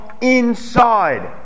inside